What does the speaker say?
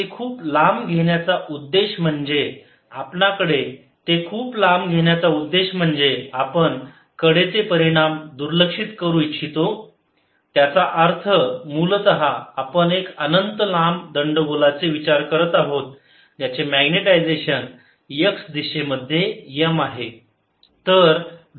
ते खूप लांब घेण्याचा उद्देश म्हणजे आपण कडे चे परिणाम दुर्लक्षित करू शकतो त्याचा अर्थ मूलतः आपण एक अनंत लांब दंडगोलाचे विचार करत आहोत ज्याचे मग्नेटायझेशन x दिशेमध्ये M आहे